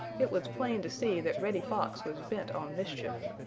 it was plain to see that reddy fox was bent on mischief.